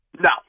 No